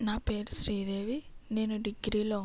నా పేరు శ్రీదేవి నేను డిగ్రీలో